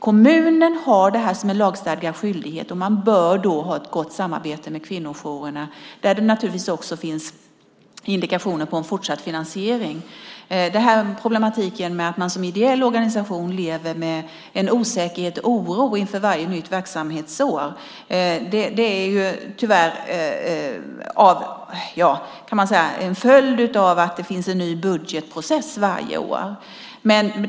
Kommunen har det här som en lagstadgad skyldighet, och man bör då ha ett gott samarbete med kvinnojourerna, där det naturligtvis ska finnas en indikation på fortsatt finansiering. Problematiken med att man som ideell organisation lever med en osäkerhet och en oro inför varje nytt verksamhetsår är tyvärr en följd av att det finns en ny budgetprocess varje år.